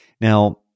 Now